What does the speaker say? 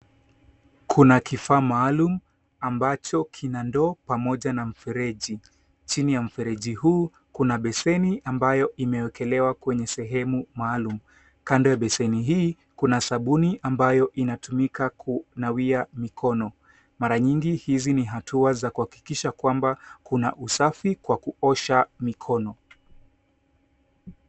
Kuna kifaa maalum ambacho kina ndoo pamoja na mfereji. Chini ya mfereji huu kuna beseni ambayo imewekelewa kwenye sehemu maalum. Kando ya beseni hii kuna sabuni amabayo inatumika kunawia mikono. Mara nyingi hizi ni hatua za kuhakikisha kwamba kuna usafi kwa kuosha mikono.